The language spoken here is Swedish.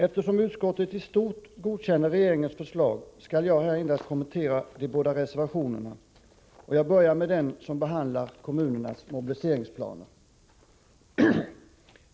Eftersom utskottet i stort godkänner regeringens förslag, skall jag här endast kommentera de båda reservationerna och börjar med den som behandlar kommunernas mobiliseringsplaner.